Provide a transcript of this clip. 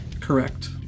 Correct